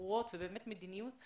ברורות ומדיניות,